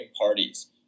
parties